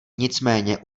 nicméně